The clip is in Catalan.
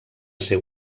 ser